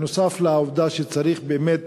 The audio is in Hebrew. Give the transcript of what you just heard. בנוסף לעובדה שצריך באמת